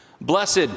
Blessed